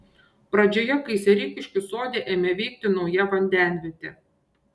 pradžioje kai sereikiškių sode ėmė veikti nauja vandenvietė